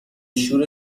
شور